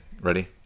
Ready